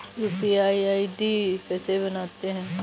UPI ID कैसे बनाते हैं?